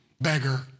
beggar